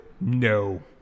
No